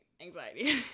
anxiety